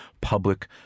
public